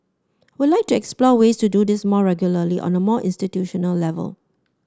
I would like to explore ways to do this more regularly on a more institutional level